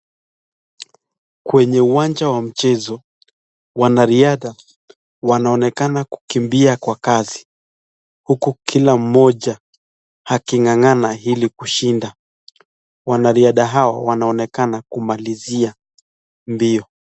Kwenye uwanja wa mchezo, wanariadha wanaonekana kukimbia kwa kasi huku kila mmoja akinga'ang'ana ili kushinda. Wanariadha hawa wanaonekana kumalizia mbio.